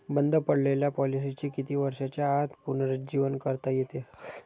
बंद पडलेल्या पॉलिसीचे किती वर्षांच्या आत पुनरुज्जीवन करता येते?